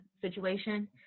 situation